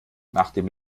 nachdem